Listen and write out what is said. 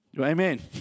Amen